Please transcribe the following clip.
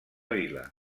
vila